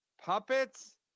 Puppets